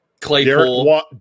Claypool